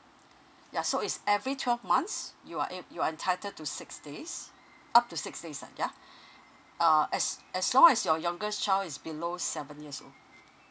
ya so is every twelve months you are ep~ you are entitled to six days up to six days ah yeah uh as as long as your youngest child is below seven years old